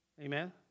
Amen